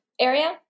area